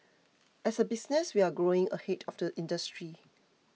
as a business we're growing ahead of the industry